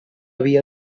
via